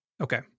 Okay